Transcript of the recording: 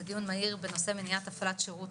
זה דיון מהיר בנושא מניעת הפעלת שירות